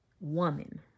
woman